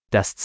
Das